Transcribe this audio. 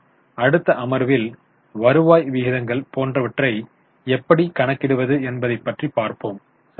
மேலும் அடுத்த அமர்வில் வருவாய் விகிதங்கள் போன்றவற்றைக் எப்படி கணக்கிடுவது என்பதை பற்றி பார்ப்போம் சரியா